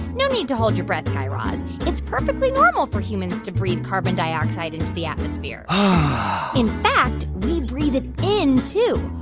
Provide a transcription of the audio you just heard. no need to hold your breath, guy raz. it's perfectly normal for humans to breathe carbon dioxide into the atmosphere in fact, we breathe it in, too,